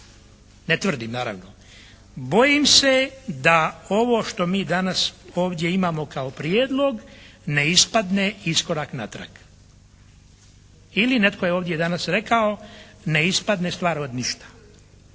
ne tvrdim naravno, bojim se da ovo što mi danas ovdje imamo kao prijedlog ne ispadne iskorak natrag. Ili netko je ovdje danas rekao ne ispadne stvar od ništa.